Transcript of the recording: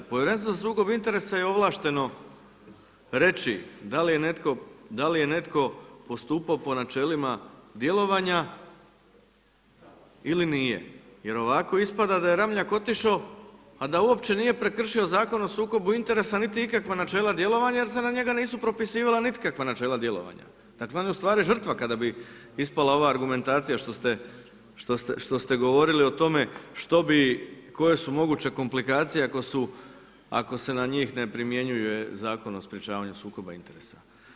Povjerenstvo za sukob interesa je ovlašteno reći da li je netko postupao po načelima djelovanja ili nije jer ovako ispada da je Ramljak otišao a da uopće nije prekršio Zakon o sukobu interesa niti ikakva načela djelovanja jer se na njega nisu pripisivala nikakva načela djelovanja, dakle on je ustvari žrtva kada bi ispala ova argumentacija što ste govorili o tome koje su moguće komplikacije ako se na njih ne primjenjuje Zakon o sprečavanju sukoba interesa.